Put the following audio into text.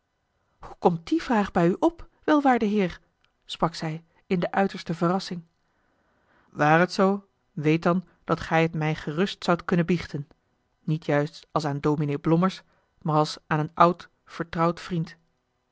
hoe komt die vraag bij u op welwaarde heer sprak zij in de uiterste verrassing ware t zoo weet dan dat gij het mij gerust zoudt kunnen biechten niet juist als aan dominé blommers maar als aan een oud vertrouwd vriend